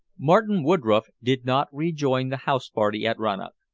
martin woodroffe did not rejoin the house-party at rannoch.